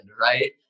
right